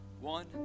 One